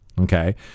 Okay